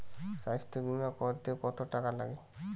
স্বাস্থ্যবীমা করতে কত টাকা লাগে?